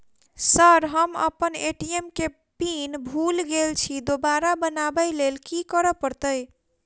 Sir हम अप्पन ATM केँ पिन भूल गेल छी दोबारा बनाबै लेल की करऽ परतै?